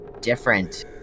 different